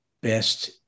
best